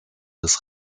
des